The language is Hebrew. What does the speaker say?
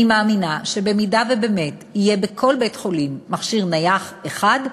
אני מאמינה שאם באמת יהיה בכל בית-חולים מכשיר נייח אחד לפחות,